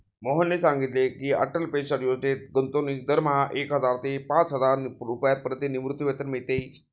मोहनने सांगितले की, अटल पेन्शन योजनेत गुंतवणूकीस दरमहा एक हजार ते पाचहजार रुपयांपर्यंत निवृत्तीवेतन मिळते